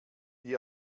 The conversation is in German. die